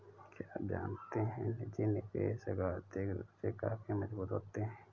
क्या आप जानते है निजी निवेशक आर्थिक रूप से काफी मजबूत होते है?